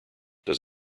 does